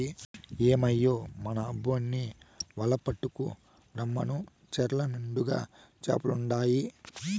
ఏమయ్యో మన అబ్బోన్ని వల పట్టుకు రమ్మను చెర్ల నిండుగా చేపలుండాయి